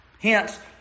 Hence